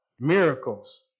miracles